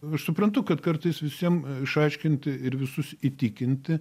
aš suprantu kad kartais visiem išaiškinti ir visus įtikinti